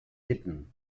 hidden